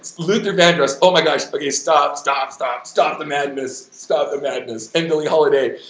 luther vandross, oh my gosh! but okay, stop stop stop stop the madness! stop the madness! and billie holiday,